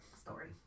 Story